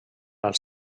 als